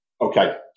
Okay